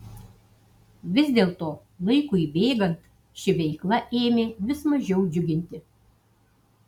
vis dėlto laikui bėgant ši veikla ėmė vis mažiau džiuginti